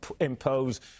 impose